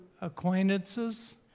acquaintances